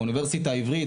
האוניברסיטה העברית,